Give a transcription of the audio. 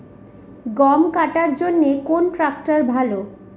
গম কাটার জন্যে কোন ট্র্যাক্টর ভালো?